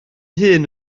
hun